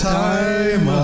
time